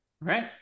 Right